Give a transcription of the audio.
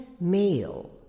male